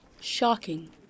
Shocking